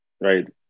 right